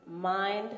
mind